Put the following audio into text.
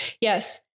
yes